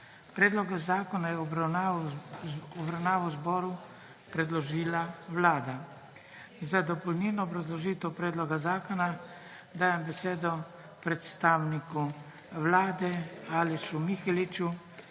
Predlog zakona je v obravnavo zboru predložila vlada. Za dopolnilno obrazložitev predloga zakona dajem besedo predstavnici vlade, predstavniku